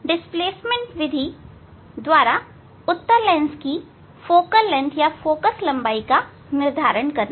displacement विधि द्वारा उत्तल लेंस की फोकल लंबाई का निर्धारण करना